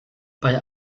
bei